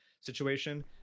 situation